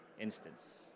instance